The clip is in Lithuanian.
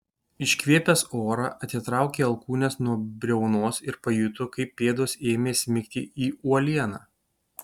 iškvėpęs orą atitraukė alkūnes nuo briaunos ir pajuto kaip pėdos ėmė smigti į uolieną